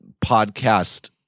podcast